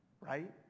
right